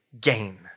gain